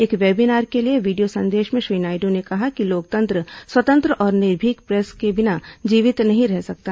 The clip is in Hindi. एक वेबिनार के लिए वीडियो संदेश में श्री नायडू ने कहा कि लोकतंत्र स्वतंत्र और निर्मीक प्रेस के बिना जीवित नहीं रह सकता